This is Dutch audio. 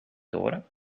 toren